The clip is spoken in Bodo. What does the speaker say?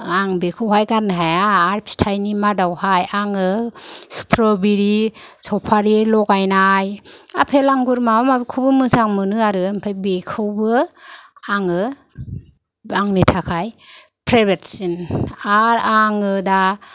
आं बेखौहाय गारनो हाया आरो फिथाइनि मादावहाय आङो स्ट्रबेरि सफारि लगायनाय आपेल आंगुर माबा माबिखौबो मोजां मोनो आरो ओमफ्राय बेखौबो आङो आंनि थाखाय फेब्रेटसिन आरो आङो दा